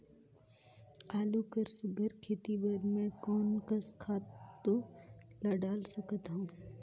आलू कर सुघ्घर खेती बर मैं कोन कस खातु ला डाल सकत हाव?